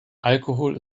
alkohol